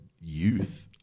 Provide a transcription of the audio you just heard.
youth